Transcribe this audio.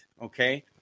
Okay